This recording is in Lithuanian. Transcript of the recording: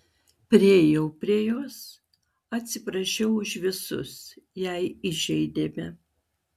priėjau prie jos atsiprašiau už visus jei įžeidėme